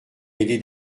aidé